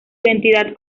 identidad